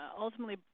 ultimately